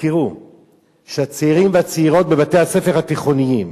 תזכרו שצעירים וצעירות בבתי-הספר התיכוניים,